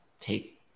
take